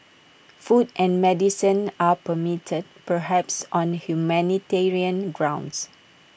food and medicine are permitted perhaps on humanitarian grounds